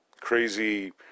crazy